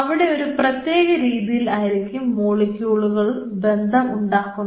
അവിടെ ഒരു പ്രത്യേക രീതിയിൽ ആയിരിക്കും മോളിക്കൂളുകളുടെ ബന്ധം ഉണ്ടാക്കുന്നത്